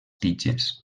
tiges